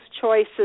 choices